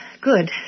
good